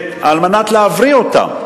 כדי להבריא אותן.